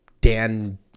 Dan